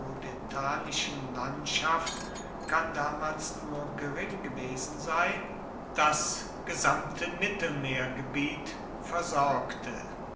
turdetanischen landschaft kann damals nur gering gewesen sein das gesamte mittelmeergebiet versorgte